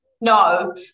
No